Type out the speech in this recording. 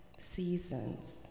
seasons